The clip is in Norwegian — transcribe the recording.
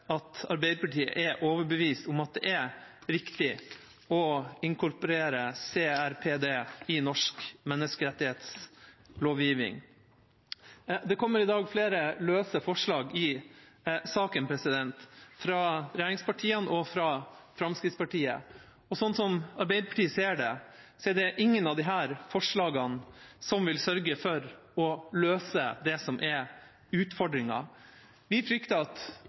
at Arbeiderpartiet er overbevist om at det er riktig å inkorporere CRPD i norsk menneskerettighetslovgiving. Det kommer i dag flere løse forslag i saken, fra regjeringspartiene og fra Fremskrittspartiet. Slik Arbeiderpartiet ser det, er det ingen av disse forslagene som vil sørge for å løse det som er utfordringen. Vi frykter at